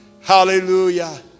Hallelujah